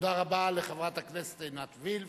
תודה רבה לחברת הכנסת עינת וילף.